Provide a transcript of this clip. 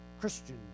Christian